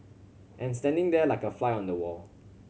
and standing there like a fly on the wall